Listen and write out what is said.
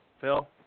Phil